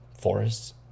forests